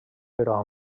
però